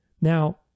Now